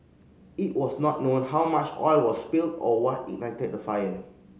it was not known how much oil was spilled or what ignited the fire